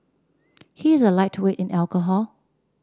he is a lightweight in alcohol